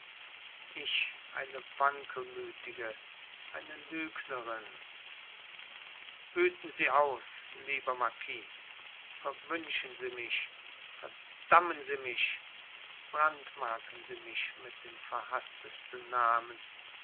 ich eine wankelmütige eine lügnerin wüten sie aus lieber marquis verwünschen sie mich verdammen sie mich brandmarken sie mich mit den verhaßtesten namen